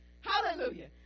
Hallelujah